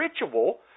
ritual